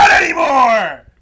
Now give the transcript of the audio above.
anymore